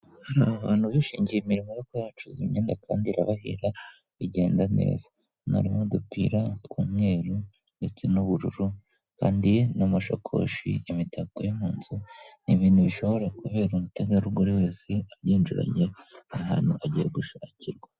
Abantu bishingiye imirimo yo kuyacuza imyenda kandi ibahira bigenda neza na rumwe udupira tw'umweruru ndetse n'ubururu kandi n'amashakoshi imitako y'impunzi ni ibintu bishobora kubera umutegarugori wese abyinjiranye ahantu agiye gushakirwa.